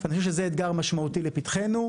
אני חושב שזה אתגר משמעותי שנמצא לפתחנו.